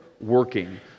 working